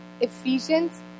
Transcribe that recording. Ephesians